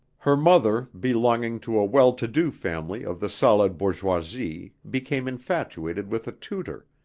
her mother belonging to a well-to-do family of the solid bourgeoisie became infatuated with a tutor,